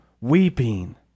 weeping